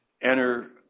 enter